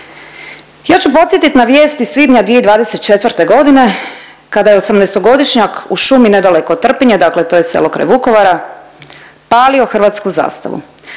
Ja ću podsjetit na vijest iz svinja 2024.g. kada je 18-godišnjak u šumi nedaleko od Trpinje, dakle to je selo kraj Vukovara, palio hrvatsku zastavu.